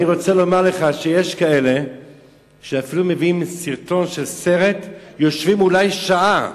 אני רוצה לומר לך שיש כאלה שאפילו מביאים סרטון ויושבים אולי שעה,